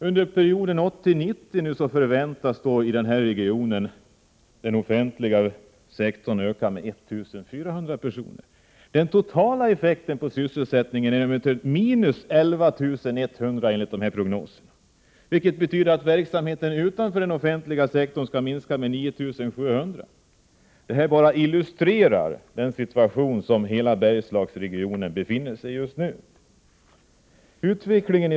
Under perioden 1980-1990 förväntas i den här regionen den offentliga sektorn öka med 1 400 personer. Den totala effekten på sysselsättningen förväntas emellertid bli en minskning med 11 100 personer enligt de här prognoserna, vilket betyder att verksamheten utanför den offentliga sektorn kommer att minska med 9 700 personer. Detta illustrerar den situation som hela Bergslagsregionen befinner sig i just nu.